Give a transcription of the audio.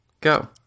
go